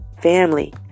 Family